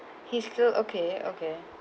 he's still okay okay